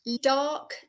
dark